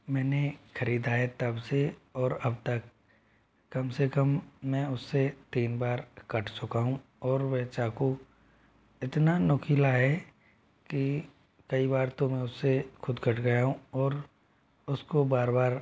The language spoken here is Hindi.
मैंने ख़रीदा है तब से और अब तक कम से कम मैं उससे तीन बार कट चुका हूँ और वह चाकू इतना नुकीला है कि कई बार तो मैं उससे ख़ुद कट गया हूँ और उसको बार बार